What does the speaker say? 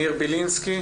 ניר בלינסקי